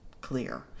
Clear